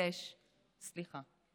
ולבקש סליחה.